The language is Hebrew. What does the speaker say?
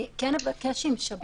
אני אבקש אם שב"ס יכול להתייחס.